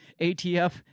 ATF